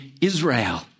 Israel